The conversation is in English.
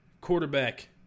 quarterback